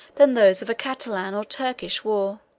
than those of a catalan or turkish war.